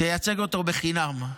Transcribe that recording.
תייצג אותו חינם.